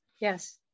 yes